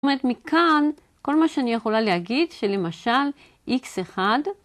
זאת אומרת מכאן כל מה שאני יכולה להגיד שלמשל x1